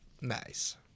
Nice